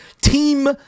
team